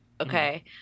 Okay